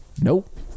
Nope